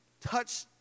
touch